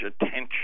attention